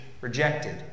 rejected